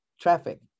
traffic